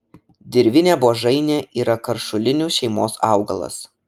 dirvinė buožainė yra karšulinių šeimos augalas